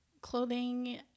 clothing